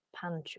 Pantry